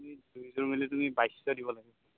এই দুইযোৰ মিলি তুমি বাইছশ দিব লাগে